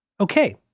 Okay